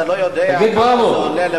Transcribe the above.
אתה לא יודע כמה זה עולה למשפחה,